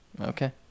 okay